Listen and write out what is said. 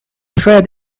شاید